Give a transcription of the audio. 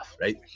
right